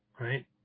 right